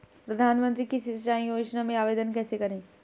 प्रधानमंत्री कृषि सिंचाई योजना में आवेदन कैसे करें?